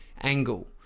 angle